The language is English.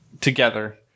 together